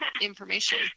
information